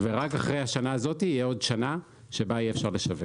ורק אחרי השנה הזאת תהיה עוד שנה שבה אי-אפשר יהיה לשווק.